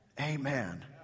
Amen